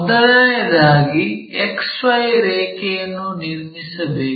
ಮೊದಲನೆಯದಾಗಿ XY ರೇಖೆಯನ್ನು ನಿರ್ಮಿಸಬೇಕು